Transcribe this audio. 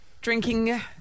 drinking